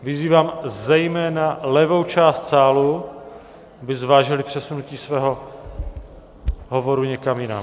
Vyzývám zejména levou část sálu, aby zvážila přesunutí svého hovoru někam jinam.